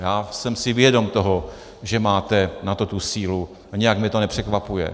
Já jsem si vědom toho, že máte na to tu sílu, a nějak mě to nepřekvapuje.